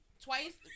twice